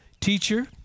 teacher